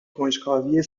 کنجکاوی